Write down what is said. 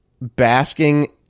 basking